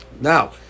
Now